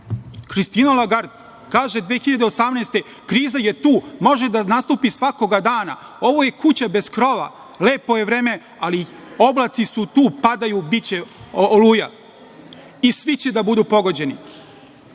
Lagard, kaže 2018. godine - Kriza je tu, može da nastupi svakog dana. Ovo je kuća bez krova, lepo je vreme ali oblaci su tu, padaju, biće oluja i svi će da budu pogođeni.